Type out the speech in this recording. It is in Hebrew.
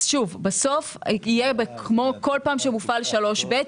בסוף יהיה כמו כל פעם שמופעל 3(ב),